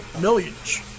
Millions